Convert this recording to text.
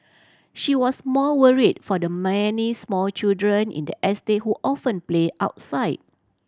she was more worried for the many small children in the estate who often play outside